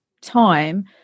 time